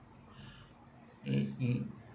i~ mm